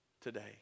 today